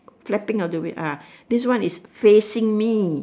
flapping of the wing ah this one is facing me